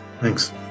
Thanks